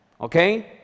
okay